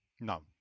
No